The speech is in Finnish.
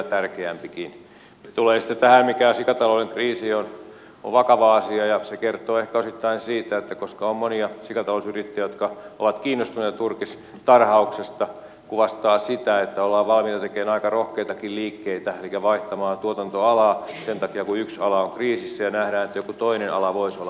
mitä tulee sitten tähän mikä sikatalouden kriisi on se on vakava asia ja koska on monia sikatalousyrittäjiä jotka ovat kiinnostuneita turkistarhauksesta se kertoo ehkä osittain siitä ja kuvastaa sitä että ollaan valmiita tekemään aika rohkeitakin liikkeitä elikkä vaihtamaan tuotantoalaa sen takia kun yksi ala on kriisissä ja nähdään että joku toinen ala voisi olla parempi